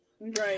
Right